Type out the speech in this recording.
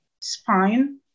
spine